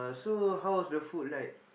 so how was the food like